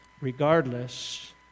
regardless